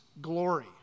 glory